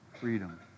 freedom